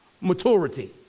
Maturity